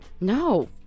No